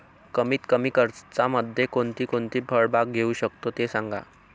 कमीत कमी खर्चामध्ये कोणकोणती फळबाग घेऊ शकतो ते सांगा